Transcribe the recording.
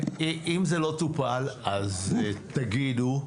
אם זה לא טופל, תגידו,